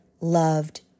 loved